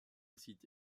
cite